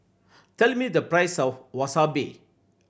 tell me the price of Wasabi